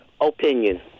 opinion